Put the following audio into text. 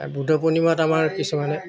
বুদ্ধ পূৰ্ণিমাত আমাৰ কিছুমানে